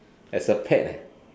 as a pet eh